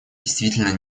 действительно